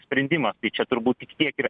sprendimas tai čia turbūt tik kiek yra